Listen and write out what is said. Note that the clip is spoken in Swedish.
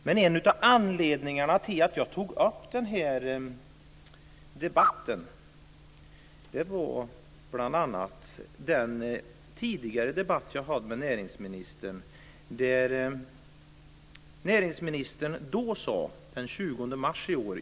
Men en av anledningarna till att jag tog upp den här debatten var bl.a. den tidigare debatt som jag hade med näringsministern den 20 mars i år.